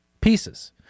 pieces